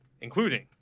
including